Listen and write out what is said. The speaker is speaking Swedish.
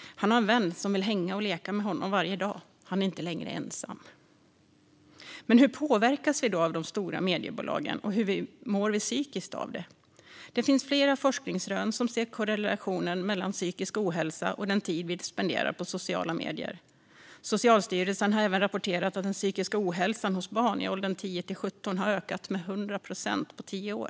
Han har en vän som vill "hänga" och leka med honom varje dag. Han är inte längre ensam. Men hur påverkas vi då av de stora mediebolagen, och hur mår vi psykiskt av det? Det finns flera forskningsrön som visar på korrelationen mellan psykisk ohälsa och den tid vi spenderar på sociala medier. Socialstyrelsen har även rapporterat att den psykiska ohälsan hos barn i åldern 10-17 år har ökat med 100 procent på tio år.